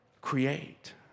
create